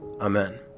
Amen